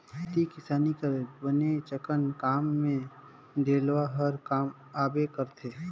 खेती किसानी कर बनेचकन काम मे डेलवा हर काम आबे करथे